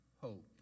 hope